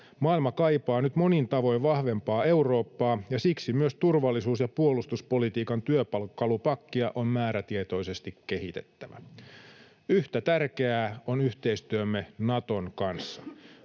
Maailma kaipaa nyt monin tavoin vahvempaa Eurooppaa, ja siksi myös turvallisuus- ja puolustuspolitiikan työkalupakkia on määrätietoisesti kehitettävä. Yhtä tärkeää on yhteistyömme Naton kanssa.